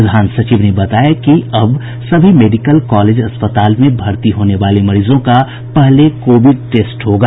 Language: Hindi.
प्रधान सचिव ने बताया कि अब सभी मेडिकल कॉलेज अस्पताल में भर्ती होने वाले मरीजों का पहले कोविड टेस्ट होगा